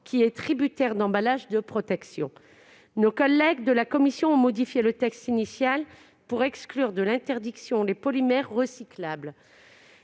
est tributaire des emballages de protection. Nos collègues de la commission ont modifié le texte initial afin d'exclure de l'interdiction les polymères recyclables.